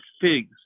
figs